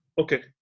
okay